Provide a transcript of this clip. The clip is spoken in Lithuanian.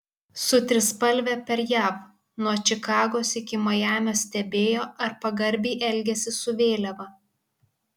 su trispalve per jav nuo čikagos iki majamio stebėjo ar pagarbiai elgiasi su vėliava